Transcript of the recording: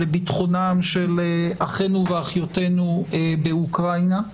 לביטחונם של אחינו ואחיותינו באוקראינה,